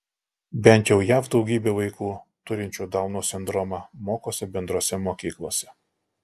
bent jau jav daugybė vaikų turinčių dauno sindromą mokosi bendrose mokyklose